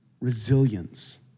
resilience